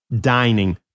dining